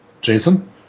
Jason